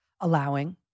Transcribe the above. allowing